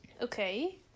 Okay